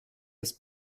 ist